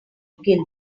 guilty